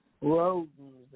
rodents